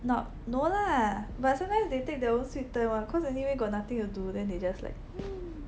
not no lah but sometimes they take their own sweet time [one] cause anyway got nothing to do then they just like